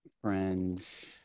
friend's